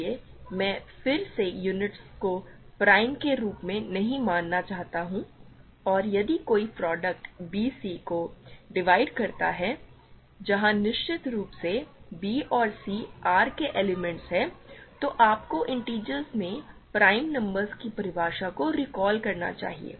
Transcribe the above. इसलिए मैं फिर से यूनिट्स को प्राइम के रूप में नहीं मानना चाहता हूं और यदि कोई प्रॉडक्ट b c को डिवाइड करता है जहां निश्चित रूप से b और c R के एलिमेंट्स हैं तो आपको इंटिजर्स में प्राइम नंबर्स की परिभाषा को रिकॉल करना चाहिए